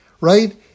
Right